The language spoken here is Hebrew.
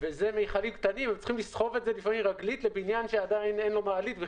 אלה מכלים קטנים שהם צריכים לסחוב רגלית כשלבניין אין מעלית.